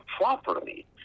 properly